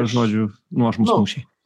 žodžiu nuožmūs mūšiai